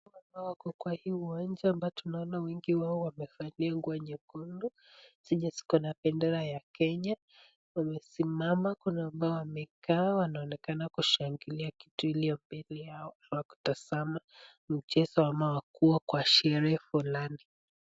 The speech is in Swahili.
Watu hawa wako kwa hii uwanja ambapo tunaona wengi wao wamevalia nguo nyekundu zenye ziko na bendera ya Kenya. Wamesimama. Kuna ambao wamekaa wanaonekana kushangilia kitu iliyo mbele yao au kutazama mchezo au kuwa kwa sheree fulani.